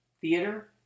theater